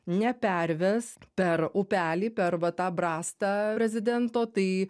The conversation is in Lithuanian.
neperves per upelį per va tą brastą prezidento tai